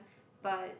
but